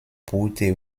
boote